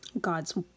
God's